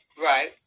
Right